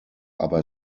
aber